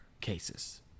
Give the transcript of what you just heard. cases